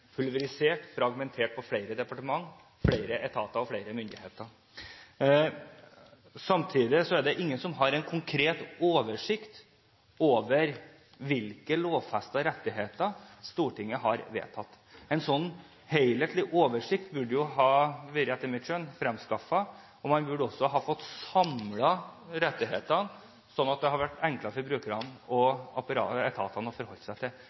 en konkret oversikt over hvilke lovfestede rettigheter Stortinget har vedtatt. En slik helhetlig oversikt burde etter mitt skjønn vært fremskaffet. Man burde også ha samlet rettighetene, slik at det hadde vært enklere for brukerne og etatene å forholde seg til